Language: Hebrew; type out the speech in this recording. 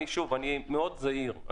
אני מאוד זהיר,